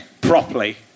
properly